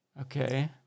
Okay